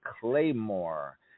Claymore